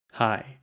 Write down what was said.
Hi